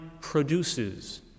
produces